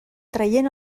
traient